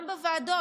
גם בוועדות,